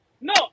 No